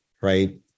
right